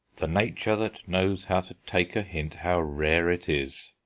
the nature that knows how to take a hint, how rare it is!